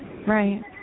Right